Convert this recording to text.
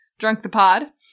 Drunkthepod